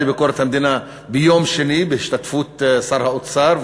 לביקורת המדינה ביום שני בהשתתפות שר האוצר,